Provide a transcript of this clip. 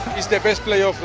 he's the best player